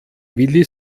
willi